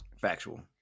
Factual